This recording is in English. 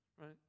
right